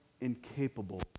incapable